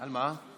על מה?